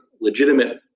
legitimate